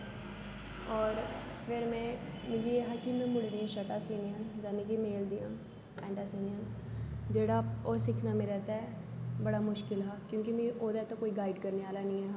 और फिर में मिगी ऐ हा कि मुडे़ दी शर्टां सीनियां न ज्यादा मिगी मेल दिया पेटां सीनियां ना जेहड़ै ओह् सिक्खना मेरे आस्तै बड़ा मुशकिल हा क्योंकि मिगी ओहदे आस्तै कोई गाइड करने आहला नेईं हा